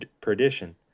perdition